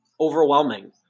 overwhelming